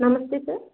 నమస్తే సార్